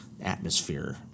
atmosphere